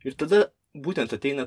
ir tada būtent ateina